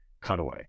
cutaway